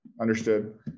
Understood